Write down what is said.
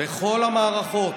בכל המערכות,